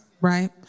right